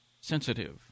sensitive